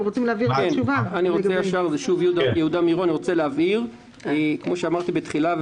אני רוצה להבהיר: כפי שאמרתי בתחילה,